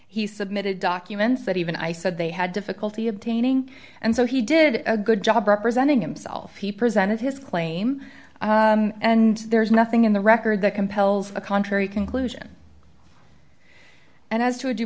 he submitted documents that even i said they had difficulty obtaining and so he did a good job representing himself he presented his claim and there's nothing in the record that compels a contrary conclusion and as to